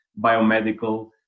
biomedical